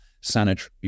sanitary